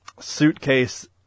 suitcase